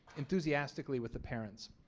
enthusiastically with the parents.